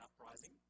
uprising